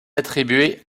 attribuée